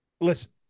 listen